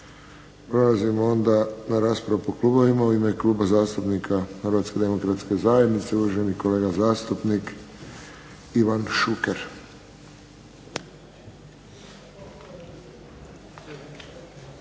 Prelazimo onda na raspravu po klubovima. U ime Kluba zastupnika HDZ-a uvaženi kolega zastupnik Ivan Šuker.